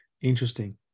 Interesting